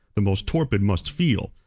the most torpid must feel,